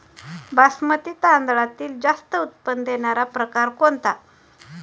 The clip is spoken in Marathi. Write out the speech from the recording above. बासमती तांदळातील जास्त उत्पन्न देणारा प्रकार कोणता?